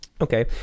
Okay